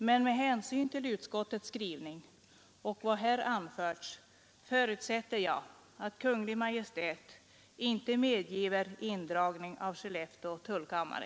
Men med hänsyn till utskottets skrivning och till vad här anförts förutsätter jag att Kungl. Maj:t inte medgiver indragning av Skellefteå tullkam mare.